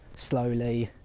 slowly.